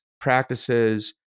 practices